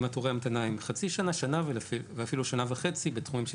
עם תורי המתנה של חצי שנה-שנה ואפילו שנה וחצי בתחומים של